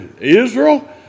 Israel